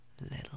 little